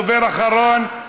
דובר אחרון,